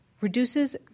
reduces